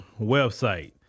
website